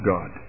God